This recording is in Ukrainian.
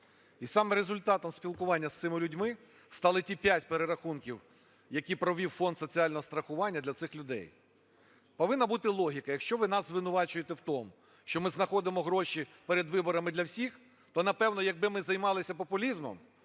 І саме результатом спілкування з цими людьми стали ті п'ять перерахунків, які провів Фонд соціального страхування для цих людей. Повинна бути логіка: якщо ви нас звинувачуєте в тому, що ми знаходимо гроші перед виборами для всіх, то, напевно, якби ми займалися популізмом,